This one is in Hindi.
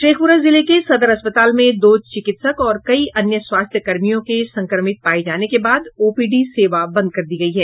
शेखपुरा जिले के सदर अस्पताल में दो चिकित्सक और कई अन्य स्वास्थ्य कर्मियों के संक्रमित पाये जाने के बाद ओपीडी सेवा बंद कर दी गयी है